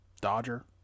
Dodger